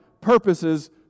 purposes